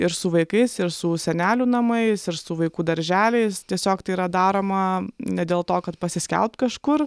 ir su vaikais ir su senelių namais ir su vaikų darželiais tiesiog tai yra daroma ne dėl to kad pasiskelbt kažkur